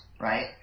right